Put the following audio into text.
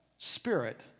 spirit